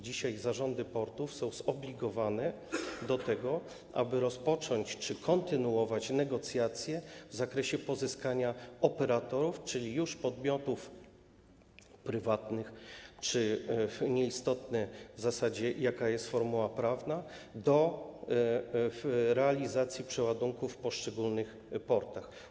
Dzisiaj zarządy portów są zobligowane do tego, aby rozpocząć czy kontynuować negocjacje w zakresie pozyskiwania operatorów, czyli już podmiotów prywatnych - w zasadzie to nieistotne, jaka jest formuła prawna - w celu realizacji przeładunków w poszczególnych portach.